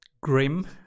grim